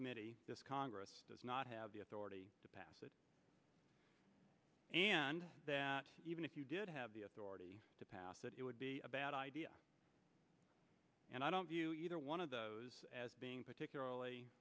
committee this congress does not have the authority to pass it and that even if you did have the authority to pass it it would be a bad idea and i don't view either one of those as being particularly